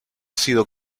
sido